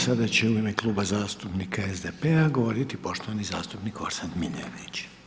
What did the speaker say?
Sada će u ime Kluba zastupnika SDP-a govoriti poštovani zastupnik Orsat Miljenić.